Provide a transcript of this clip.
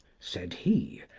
said he,